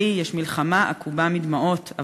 בסיפור שלי יש מלחמה עקובה מדמעות,